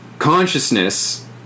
consciousness